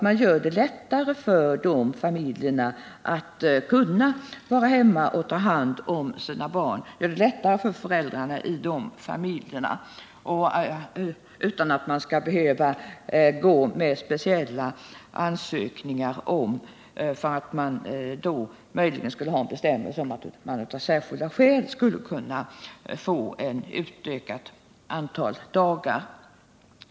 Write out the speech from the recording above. Man gör det lättare för föräldrarna i de familjerna att vara hemma och ta hand om sina barn utan att komma in med speciella ansökningar, vilket man skulle få göra om vi hade en bestämmelse om att man av särskilda skäl skulle kunna få ett utökat antal dagar.